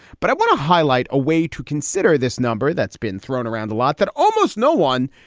but i want to highlight a way to consider this number that's been thrown around a lot that almost no one,